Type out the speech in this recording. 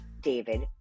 David